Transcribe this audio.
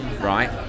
right